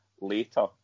later